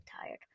tired